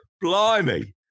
blimey